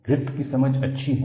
Griffith की समझ अच्छी है